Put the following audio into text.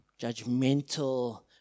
judgmental